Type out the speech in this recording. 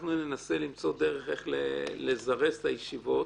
אנחנו ננסה למצוא דרך לזרז את הישיבות,